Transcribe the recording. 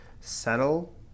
settle